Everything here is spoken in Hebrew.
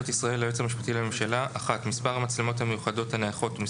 ישראל ליועץ המשפטי לממשלה מספר המצלמות המיוחדות